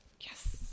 Yes